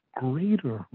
greater